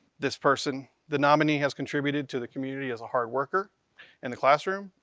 this person. the nominee has contributed to the community as a hard worker in the classroom,